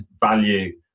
value